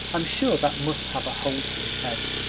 i'm sure that must have a wholesome effect.